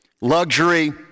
Luxury